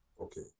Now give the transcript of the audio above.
Okay